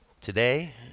today